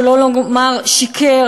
שלא לומר שיקר,